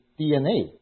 DNA